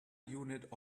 unit